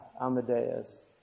Amadeus